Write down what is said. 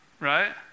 right